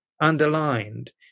underlined